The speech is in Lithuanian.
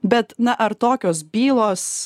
bet na ar tokios bylos